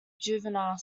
juvenile